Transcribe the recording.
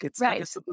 Right